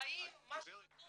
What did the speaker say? האם מה שכתוב --- גבירתי,